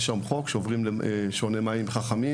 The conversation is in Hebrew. יש היום חוק שעובר לשעוני מים חכמים,